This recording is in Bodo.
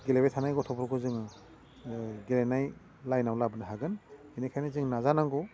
गेलेबाय थानाय गथ'फोरखौ जों गेलेनाय लाइनआव लाबोनो हागोन बेनिखायनो जों नाजानांगौ